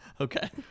Okay